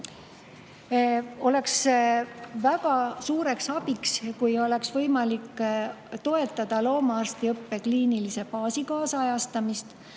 oleks väga suureks abiks, kui oleks võimalik toetada loomaarstiõppe kliinilise baasi kaasajastamist.